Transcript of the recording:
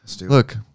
Look